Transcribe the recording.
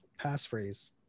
passphrase